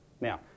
Now